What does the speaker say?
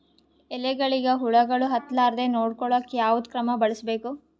ಎಲೆಗಳಿಗ ಹುಳಾಗಳು ಹತಲಾರದೆ ನೊಡಕೊಳುಕ ಯಾವದ ಕ್ರಮ ಬಳಸಬೇಕು?